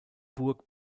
burg